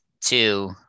two